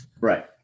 Right